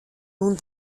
nun